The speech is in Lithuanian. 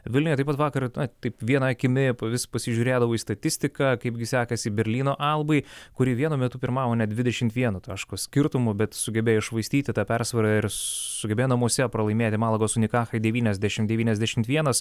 vilniuje taip pat vakar na taip viena akimi vis pasižiūrėdavau į statistiką kaipgi sekasi berlyno albai kuri vienu metu pirmavo net dvidešimt vieno taško skirtumu bet sugebėjo iššvaistyti tą persvarą ir sugebėjo namuose pralaimėti malagos unikachai devyniasdešimt devyniasdešimt vienas